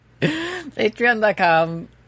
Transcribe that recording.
Patreon.com